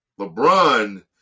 LeBron